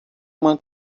uma